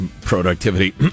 productivity